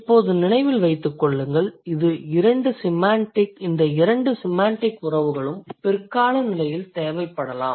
இப்போது நினைவில் வைத்துக் கொள்ளுங்கள் இந்த 2 செமாண்டிக் உறவுகளும் பிற்கால நிலையில் தேவைப்படலாம்